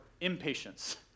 impatience